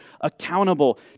accountable